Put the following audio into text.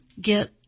get